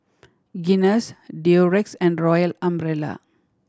Guinness Durex and Royal Umbrella